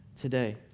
today